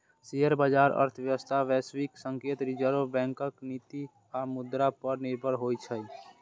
share बाजार अर्थव्यवस्था, वैश्विक संकेत, रिजर्व बैंकक नीति आ मुद्रा पर निर्भर होइ छै